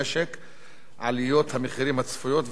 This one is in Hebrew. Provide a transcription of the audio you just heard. עליות המחירים הצפויות והעלאת שיעור המע"מ